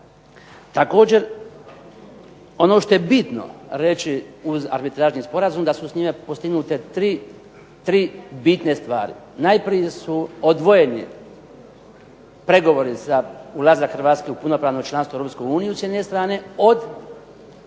Također ono što je bitno reći uz arbitražni sporazum, da su s njime postignute tri bitne stvari. Najprije su odvojeni pregovori za ulazak Hrvatske u punopravno članstvo u Europskoj uniji s jedne strane od